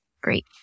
Great